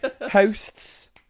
Hosts